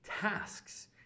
tasks